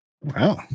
Wow